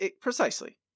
Precisely